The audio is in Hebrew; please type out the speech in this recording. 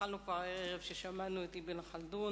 התחלנו כבר הערב, כששמענו את אבן ח'לדון.